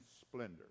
splendor